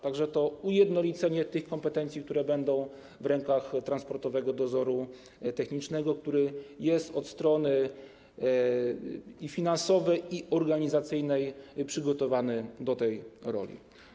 Tak że jest to ujednolicenie kompetencji, które będą w rękach Transportowego Dozoru Technicznego, który jest od strony i finansowej, i organizacyjnej przygotowany do tej roli.